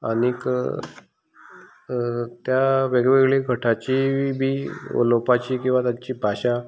आनीक त्या वेगवेगळ्या गटाचीय बी उलोवपाची बी किंवा ताची भाशा